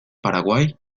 paraguay